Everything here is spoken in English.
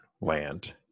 land